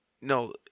no